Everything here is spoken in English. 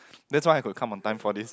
that's why I could come on time for this